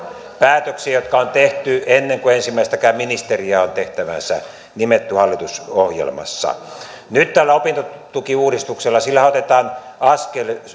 päätöksiä jotka on tehty ennen kuin ensimmäistäkään ministeriä on tehtäväänsä nimetty hallitusohjelmassa nyt tällä opintotukiuudistuksellahan otetaan askel